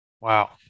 Wow